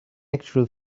actual